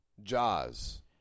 Jaws